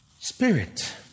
Spirit